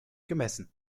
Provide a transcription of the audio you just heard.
gemessen